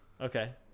Okay